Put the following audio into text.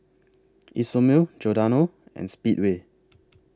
Isomil Giordano and Speedway